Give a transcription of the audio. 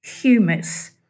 humus